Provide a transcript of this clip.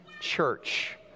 church